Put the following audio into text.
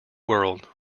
world